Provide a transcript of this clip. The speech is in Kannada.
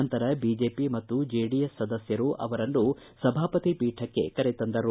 ನಂತರ ಬಿಜೆಪಿ ಮತ್ತು ಜೆಡಿಎಸ್ ಸದಸ್ಯರು ಅವರನ್ನು ಸಭಾಪತಿ ಪೀಠಕ್ಕೆ ಕರೆ ತಂದರು